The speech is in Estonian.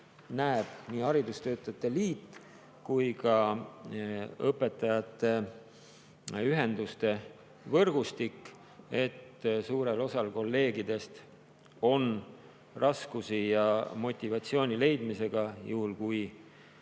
näevad nii haridustöötajate liit kui ka õpetajate ühenduste võrgustik, et suurel osal õpetajatest on raskusi motivatsiooni leidmisega, juhul kui